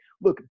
look